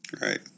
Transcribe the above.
Right